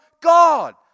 God